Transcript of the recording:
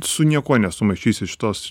su niekuo nesumaišysi šitos